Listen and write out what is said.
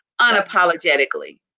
unapologetically